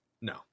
No